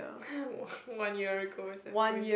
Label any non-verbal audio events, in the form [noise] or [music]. [laughs] one one year ago exactly